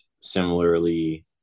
similarly